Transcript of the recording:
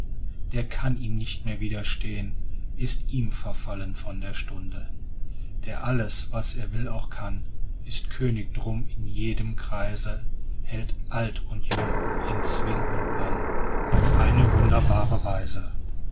der kann ihm nicht mehr widerstehn ist ihm verfallen von der stunde der alles was er will auch kann ist könig drum in jedem kreise hält alt und jung in zwing und bann auf eine wunderbare weise